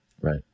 Right